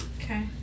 Okay